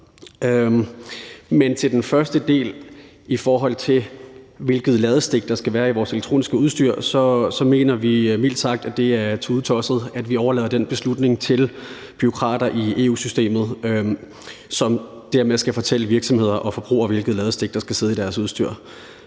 til den første del med, hvilket ladestik der skal være i vores elektroniske udstyr, mener vi mildt sagt, det er tudetosset, at vi overlader den beslutning til bureaukrater i EU-systemet, som dermed skal fortælle virksomheder og forbrugere, hvilket ladestik der skal sidde i deres udstyr.